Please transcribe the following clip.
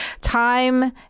Time